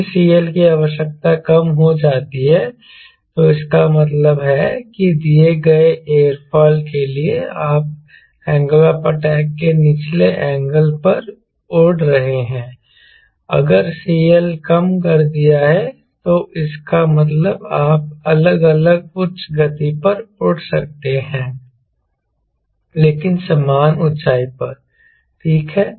यदि CL की आवश्यकता कम हो जाती है तो इसका मतलब है कि दिए गए एयरफॉइल के लिए आप अटैक के निचले एंगल पर उड़ रहे हैं अगर CL कम कर दिया है तो इसका मतलब आप अलग अलग उच्च गति पर उड़ सकते हैं लेकिन समान ऊंचाई पर ठीक है